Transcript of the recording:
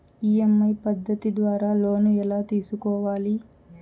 EMI పద్ధతి ద్వారా loan ఎలా తీసుకోవాలి